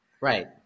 Right